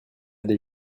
des